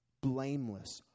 blameless